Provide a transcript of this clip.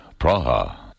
Praha